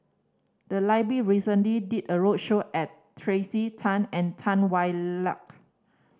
the library recently did a roadshow at Tracey Tan and Tan Hwa Luck